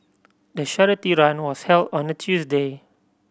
the charity run was held on a Tuesday